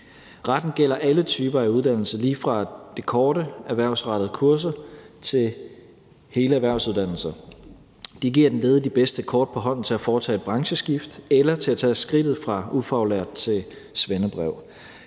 Retten gælder alle typer af uddannelse, lige fra de korte, erhvervsrettede kurser til hele erhvervsuddannelser. Det giver den ledige de bedste kort på hånden til at foretage et brancheskift eller til at tage skridtet fra ufaglært til svendebrev.